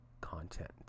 content